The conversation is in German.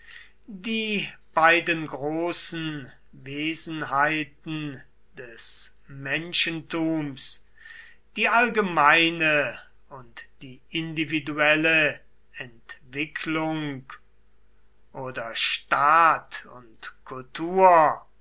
die beiden großen wesenheiten des menschentums die allgemeine und die individuelle entwicklung oder staat und kultur